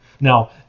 Now